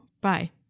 Bye